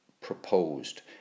proposed